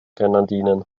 grenadinen